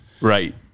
Right